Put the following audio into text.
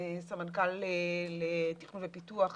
סמנכ"ל לתכנון ופיתוח,